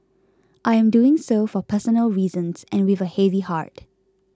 I am doing so for personal reasons and with a heavy heart